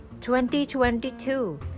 2022